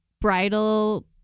bridal